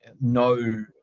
no